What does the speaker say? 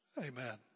Amen